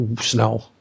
snow